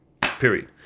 Period